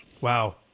Wow